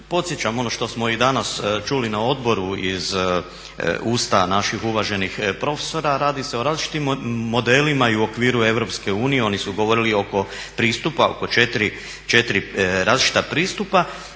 podsjećam ono što smo i danas čuli na odboru iz usta naših uvaženih profesora, radi se o različitim modelima i u okviru Europske unije, oni su govorili oko pristupa, oko 4 različita pristupa.